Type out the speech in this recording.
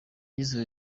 yize